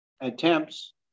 attempts